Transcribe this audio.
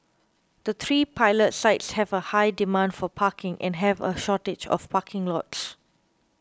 the three pilot sites have a high demand for parking and have a shortage of parking lots